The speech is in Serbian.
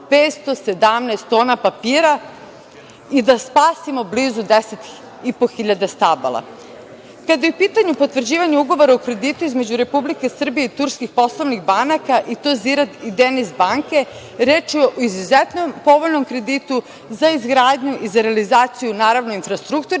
517 tona papira i da spasimo blizu 10.500 stabala. Kada je u pitanju potvrđivanje Ugovora o kredita između Republike Srbije i turskih poslovnih banaka i to Ziraat i Denizbank banke, reč je o izuzetnom povoljnom kreditu za izgradnju i za realizaciju naravno, infrastrukturnih